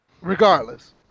Regardless